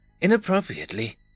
inappropriately